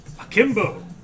akimbo